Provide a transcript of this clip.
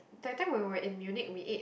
that time when we were in Munich we ate